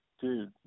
Dude